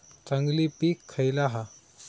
चांगली पीक खयला हा?